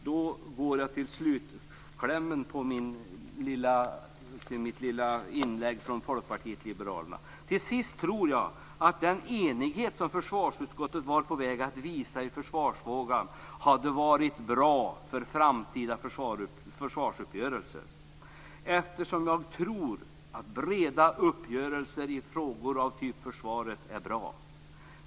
Då går jag till slutklämmen i mitt lilla inlägg från Folkpartiet liberalerna. Till sist tror jag att den enighet som försvarsutskottet var på väg att visa i försvarsfrågan hade varit bra för framtida försvarsuppgörelser eftersom jag tror att breda uppgörelser i frågor av typen försvaret är bra.